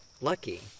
lucky